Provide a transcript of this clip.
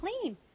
clean